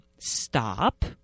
Stop